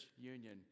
union